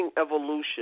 evolution